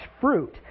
fruit